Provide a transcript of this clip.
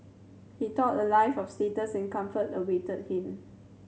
he thought a life of status and comfort awaited him